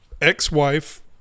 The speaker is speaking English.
ex-wife